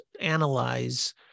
analyze